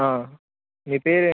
మీ పేరే